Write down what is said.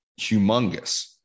humongous